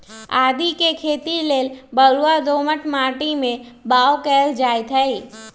आदीके खेती लेल बलूआ दोमट माटी में बाओ कएल जाइत हई